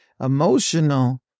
Emotional